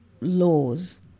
laws